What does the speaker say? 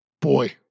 Boy